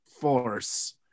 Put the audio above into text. force